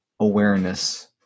awareness